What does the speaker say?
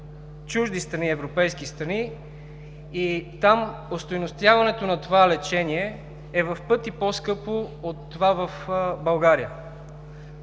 чужди страни, европейски страни и там остойностяването на това лечение е в пъти по-скъпо от това в България.